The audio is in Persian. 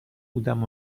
بودم